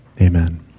amen